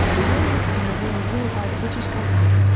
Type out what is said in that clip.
although risking a real war by the british government,